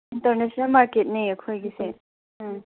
international ꯃꯥꯔꯀꯦꯠꯅꯦ ꯑꯩꯈꯣꯏꯒꯤꯁꯦ ꯎꯝ